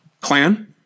clan